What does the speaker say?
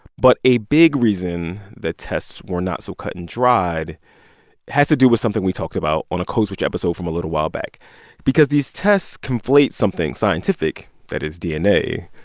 but a big reason the tests were not so cut and dried has to do with something we talked about on a code switch episode from a little while back because these tests conflate something scientific, that is, dna,